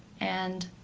and